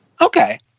Okay